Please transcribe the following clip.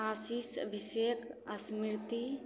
आशीष Abhishek स्मृति